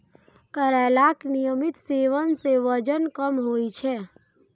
करैलाक नियमित सेवन सं वजन कम होइ छै